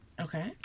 Okay